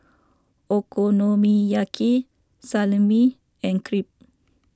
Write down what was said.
Okonomiyaki Salami and Crepe